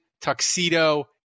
tuxedo